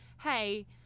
hey